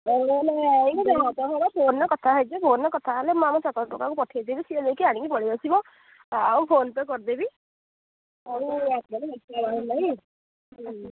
phone ରେ କଥା ହେଇଯିବି ଫୋନ୍ ରେ କଥା ହେଲେ ମୁଁ ଆମ ସକାଳୁ ଟୋକା କୁ ପଠେଇଦେବି ସିଏ ଯାଇକି ଆଣିକି ପଳେଇ ଆସିବା ଆଉ ଫୋନ୍ ପେ' କରିଦେବି ଆଉ